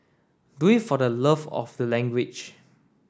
do it for the love of the language